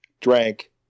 drank